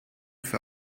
für